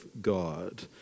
God